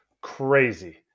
crazy